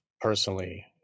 personally